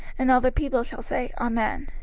and all the people shall say, amen.